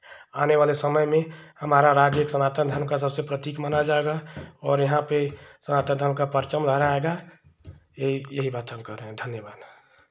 आने वाले समय में हमारा राज्य एक सनातन धर्म का सबसे प्रतीक माना जाएगा और यहाँ पे सनातन धर्म का परचम लहराएगा ये यही बात हम कह रहे हैं धन्यवाद